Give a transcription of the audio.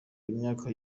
imyaka